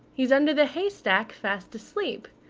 he's under the haystack, fast asleep.